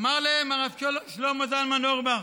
אמר להם הרב שלמה זלמן אוירבך,